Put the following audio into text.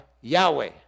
Yahweh